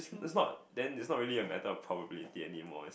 it's not then it's not really a matter of probability anymore